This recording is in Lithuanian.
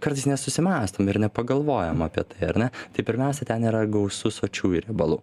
kartais nesusimąstom ir nepagalvojam apie tai ar ne tai pirmiausia ten yra gausu sočiųjų riebalų